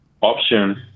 option